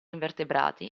invertebrati